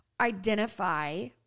identify